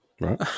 Right